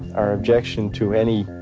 our objection to any